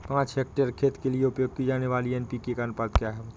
पाँच हेक्टेयर खेत के लिए उपयोग की जाने वाली एन.पी.के का अनुपात क्या होता है?